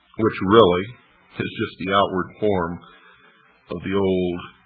which really is just the outward form of the old